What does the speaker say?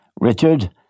Richard